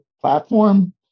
platform